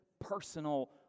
personal